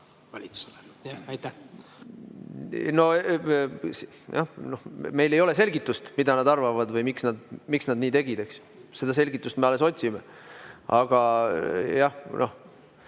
meil ei ole selgitust, mida nad arvavad või miks nad nii tegid. Seda selgitust me alles otsime. Aga jah,